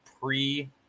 pre